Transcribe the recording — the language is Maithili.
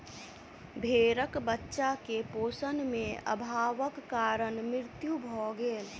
भेड़क बच्चा के पोषण में अभावक कारण मृत्यु भ गेल